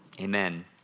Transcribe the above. amen